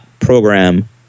program